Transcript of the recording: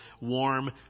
warm